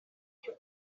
icyo